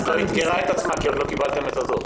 היא עוד לא אתגרה את עצמה כי עוד לא קיבלתם את הדוח.